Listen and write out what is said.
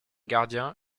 gardien